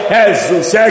Jesus